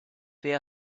they